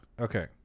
Okay